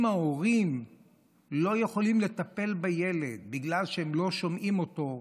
אם ההורים לא יכולים לטפל בילד בגלל שהם לא שומעים אותו,